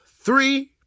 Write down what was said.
three